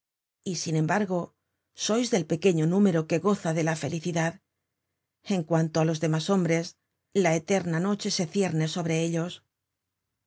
y sin embargo sois del pequeño número que goza de la felicidad en cuanto á los demás hombres la eterna noche se cierne sobre ellos